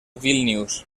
vílnius